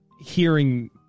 hearing